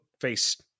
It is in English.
face